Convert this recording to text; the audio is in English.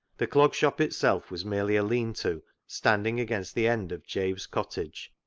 the clog shop itself was merely a lean-to standing against the end of jabe's cottage,